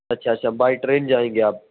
اچھا اچھا by train جائیں گے آپ